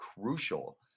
crucial